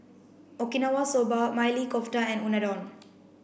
Okinawa soba Maili Kofta and Unadon